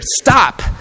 stop